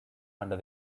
under